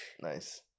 Nice